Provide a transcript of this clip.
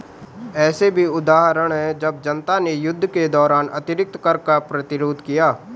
ऐसे भी उदाहरण हैं जब जनता ने युद्ध के दौरान अतिरिक्त कर का प्रतिरोध किया